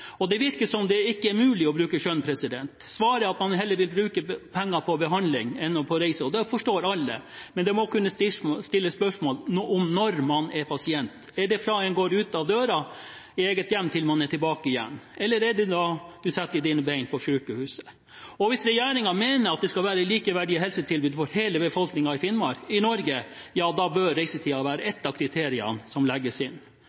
mulig å bruke skjønn. Svaret er at man heller vil bruke penger på behandling enn på reise. Det forstår alle, men det må kunne stilles spørsmål ved om når man er pasient. Er det fra man går ut av døren i eget hjem, til man er tilbake igjen? Eller er det når man setter sine ben på sykehuset? Hvis regjeringen mener at det skal være likeverdige helsetilbud for hele befolkningen i Norge, bør reisetiden være et av kriteriene som legges inn.